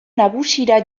nagusira